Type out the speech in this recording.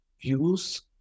views